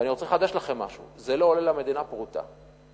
ואני רוצה לחדש לכם משהו: זה לא עולה למדינה פרוטה נוספת.